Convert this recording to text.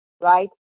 right